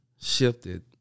shifted